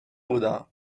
بودم